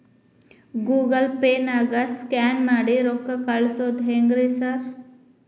Google ಪೇನಾಗ scan ಮಾಡಿ ರೊಕ್ಕಾ ಕಳ್ಸೊದು ಹೆಂಗ್ರಿ ಸಾರ್?